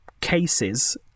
cases